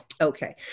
Okay